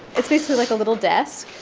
it's basically, like, a little desk